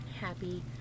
happy